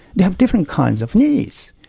they have different kinds of needs.